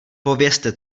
povězte